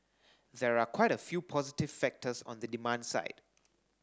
there are quite a few positive factors on the demand side